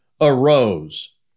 arose